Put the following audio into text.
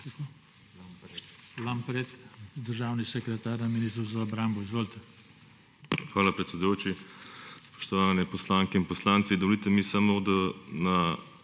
Hvala, predsedujoči. Spoštovane poslanke in poslanci! Dovolite mi, da samo